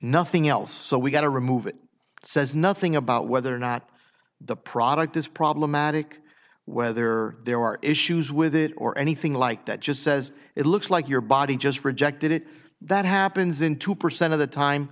nothing else so we've got to remove it says nothing about whether or not the product is problematic whether there are issues with it or anything like that just says it looks like your body just rejected it that happens in two percent of the time